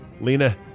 Lena